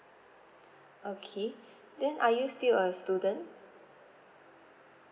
okay then are you still a student